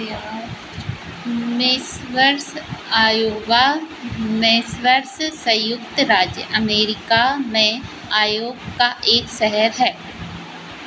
messrs Iowa मेसर्स संयुक्त राज्य अमेरिका में आयोग का एक शहर है